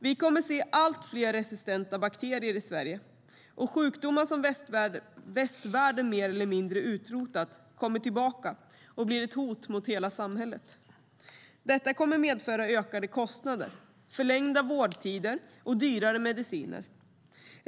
Vi kommer att få se allt fler resistenta bakterier i Sverige, och sjukdomar som västvärlden mer eller mindre utrotat kommer tillbaka och blir ett hot mot hela samhället. Detta kommer att medföra ökade kostnader, förlängda vårdtider och dyrare medicin.